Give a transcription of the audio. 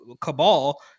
cabal